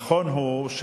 נכון הוא,